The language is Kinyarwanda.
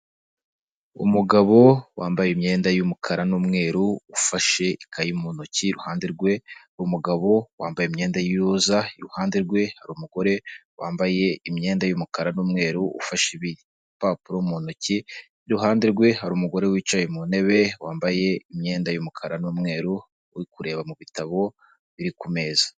Umugabo wambaye imyenda y’umukara n’umweru, ufashe ikayi mu ntoki. Iruhande rwe umugabo wambaye imyenda y'iroza, iruhande rwe hari umugore wambaye imyenda y’umukara n’umweru ufashe ibipapuro mu ntoki. Iruhande rwe hari umugore wicaye mu ntebe wambaye imyenda y’umukara n’umweru uri kureba mubitabo biri ku meza.